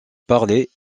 parlaient